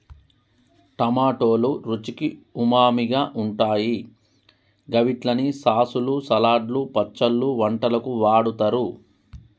టమాటోలు రుచికి ఉమామిగా ఉంటాయి గవిట్లని సాసులు, సలాడ్లు, పచ్చళ్లు, వంటలకు వాడుతరు